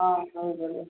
हाँ और बोलिए